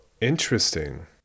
interesting